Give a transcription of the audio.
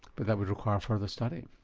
but that would require further study.